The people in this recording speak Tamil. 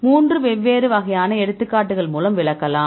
3 வெவ்வேறு வகையான எடுத்துக்காட்டுகள் மூலம் விளக்கலாம்